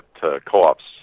co-ops